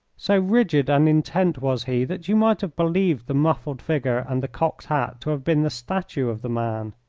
so rigid and intent was he that you might have believed the muffled figure and the cocked hat to have been the statue of the man.